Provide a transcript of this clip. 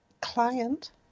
client